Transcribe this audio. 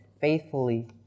faithfully